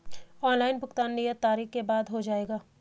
Online भुगतान नियत तारीख के बाद हो जाएगा?